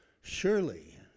Surely